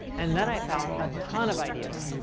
and then i found a ton of ideas.